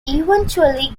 eventually